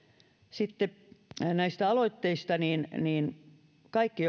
sitten näistä aloitteista toivon että kaikki